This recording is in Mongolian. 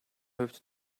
хувьд